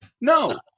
No